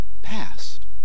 past